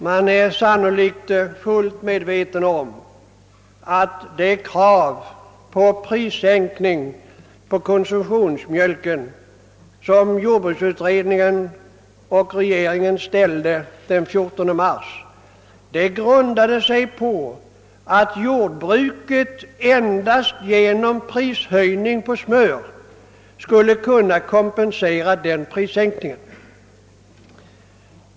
Man är sannolikt fullt medveten om att de krav på prissänkning på konsumtionsmjölk, som jordbruksutredningen och regeringen ställde den 14 mars, grundade sig på att jordbruket endast genom prishöjning på smör skulle kunna kompensera den prissänkningen.